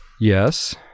Yes